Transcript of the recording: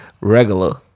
regular